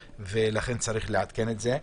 ולכן צריך לעדכן את זה.